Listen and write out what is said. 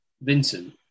Vincent